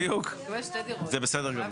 בדיוק, זה בסדר גמור.